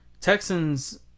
Texans